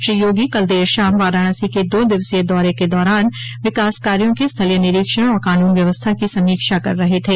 श्री योगी कल देर शाम वाराणसी के दो दिवसीय दौरे के दौरान विकास कार्यो के स्थलीय निरीक्षण और कानून व्यवस्था की समीक्षा कर रहे थे